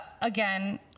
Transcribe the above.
again